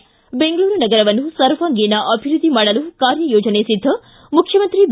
ಿ ಬೆಂಗಳೂರು ನಗರವನ್ನು ಸರ್ವಾಂಗೀಣ ಅಭಿವೃದ್ಧಿ ಮಾಡಲು ಕಾರ್ಯ ಯೋಜನೆ ಸಿದ್ಧ ಮುಖ್ಯಮಂತ್ರಿ ಬಿ